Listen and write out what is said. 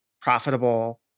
profitable